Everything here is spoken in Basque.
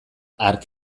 hark